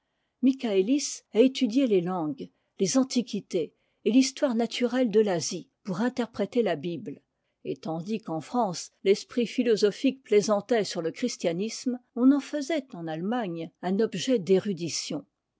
michaëhs a étudié les langues les antiquités et l'histoire naturelle de l'asie pour interpréter la bible et tandis qu'en france l'esprit philosophique plaisantait sur le christianisme on en faisait en allemagne un objet d'érudition